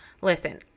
Listen